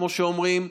כמו שאומרים,